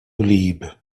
wlyb